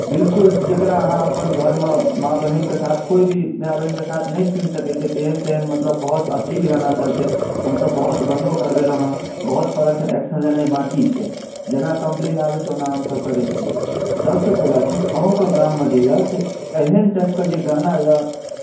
बिल्कुल जकरा अहाँ अपन घरमे माँ बहिनके साथ कोइ भी माय बहिनके साथ नहि सुनि सकै छै तेहन तेहन मतलब बहुत अश्लील गानासभ छै हमसभ बहुत बन्दो करबेलहुँ हेँ बहुतपर एक्शन लेनाइ बाँकी छै जेना कॉम्पलेन आबै छै ओना हमसभ करै छियै सभसँ पहिला चीज अहूँके गाममे जे यए से एहन टाइपके जे गाना यए